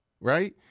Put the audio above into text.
right